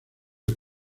del